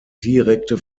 direkte